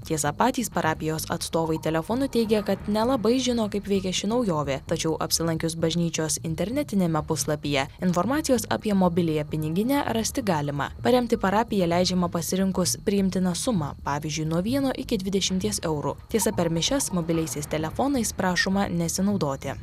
tiesa patys parapijos atstovai telefonu teigia kad nelabai žino kaip veikia ši naujovė tačiau apsilankius bažnyčios internetiniame puslapyje informacijos apie mobiliąją piniginę rasti galima paremti parapiją leidžiama pasirinkus priimtiną sumą pavyzdžiui nuo vieno iki dvidešimies eurų tiesa per mišias mobiliaisiais telefonais prašoma nesinaudoti